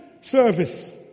service